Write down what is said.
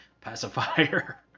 pacifier